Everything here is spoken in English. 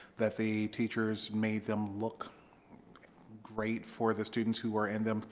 that the teachers made them look great for the students who were in them,